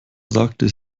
sagte